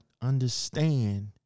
understand –